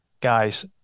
guys